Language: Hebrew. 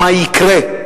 מה יקרה.